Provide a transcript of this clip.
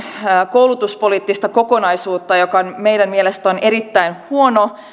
koulutuspoliittista kokonaisuutta joka meidän mielestämme on erittäin huono